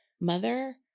mother